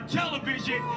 television